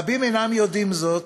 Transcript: רבים אינם יודעים זאת,